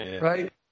Right